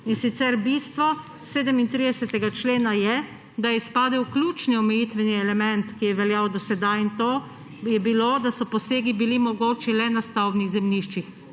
in sicer bistvo 37. člena je, da izpade ključni omejitveni element, ki je veljal do sedaj, in to je bilo, da so posegi bili mogoči le na stavbnih zemljiščih.